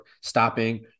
stopping